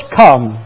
come